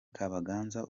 kabaganza